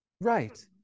Right